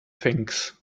things